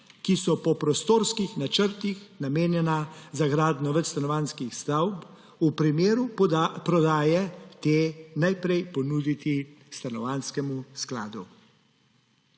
ki so po prostorskih načrtih namenjena za gradnjo večstanovanjskih stavb, v primeru prodaje najprej ponuditi Stanovanjskemu skladu.